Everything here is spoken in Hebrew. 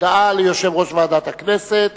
הודעה ליושב-ראש ועדת הכנסת,